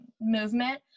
movement